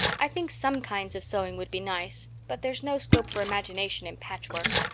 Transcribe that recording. i think some kinds of sewing would be nice but there's no scope for imagination in patchwork.